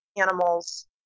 animals